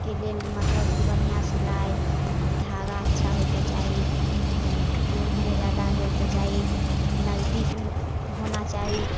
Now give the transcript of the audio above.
के लेल मतलब कि बढ़िआँ सिलाइ धागा अच्छा होइके चाही दूर नहि जादा होइके चाही नजदीक होना चाही